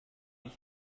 ich